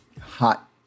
hot